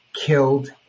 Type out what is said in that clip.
killed